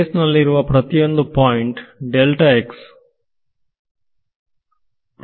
space ನಲ್ಲಿರುವ ಪ್ರತಿಯೊಂದು point ಹರಡಿದೆ